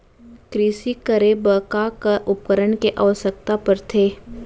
कृषि करे बर का का उपकरण के आवश्यकता परथे?